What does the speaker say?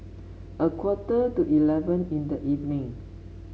a quarter to eleven in the evening